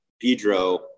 Pedro